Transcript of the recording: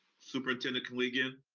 superintendent koligian?